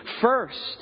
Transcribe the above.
first